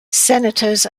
senators